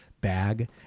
bag